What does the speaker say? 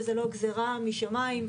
וזה לא גזרה משמיים,